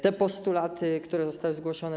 Znamy postulaty, które zostały zgłoszone.